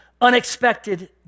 Unexpected